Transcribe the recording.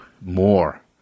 more